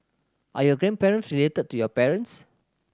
are your grandparents related to your parents